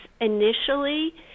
initially